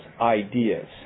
ideas